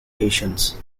patients